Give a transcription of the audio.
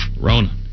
Rona